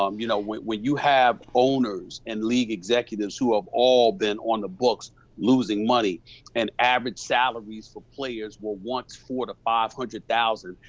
um you know when you have owners and league executives who have all been on the books losing money and average salaries for players were once four to five hundred thousand,